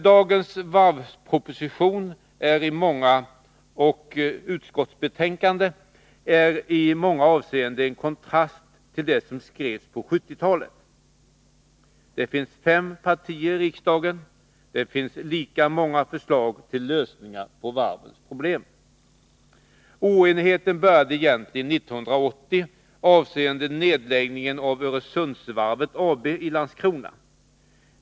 Dagens varvsproposition och utskottsbetänkande är i många avseenden en kontrast till dem som skrevs på 1970-talet. Det finns fem partier i riksdagen, och det finns lika många förslag till lösningar på varvens problem. Oenigheten började egentligen 1980 i samband med nedläggningen av Öresundsvarvet AB i Landskrona.